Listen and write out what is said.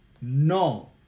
no